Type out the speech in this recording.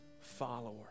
follower